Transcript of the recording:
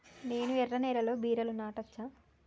నేను ఎర్ర నేలలో బీరలు నాటచ్చా?